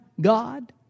God